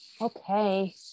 Okay